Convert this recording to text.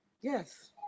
Yes